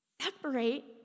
separate